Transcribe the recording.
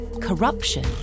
corruption